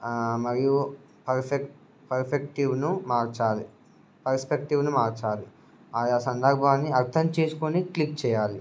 మరియు పర్ఫెక్ట్ పర్ఫెక్టివ్ను మార్చాలి పర్స్పెక్టివ్ని మార్చాలి ఆ యా సందర్భన్ని అర్థం చేసుకొని క్లిక్ చేయాలి